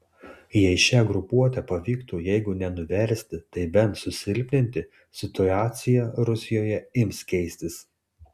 jei šią grupuotę pavyktų jeigu ne nuversti tai bent susilpninti situacija rusijoje ims keistis